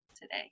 today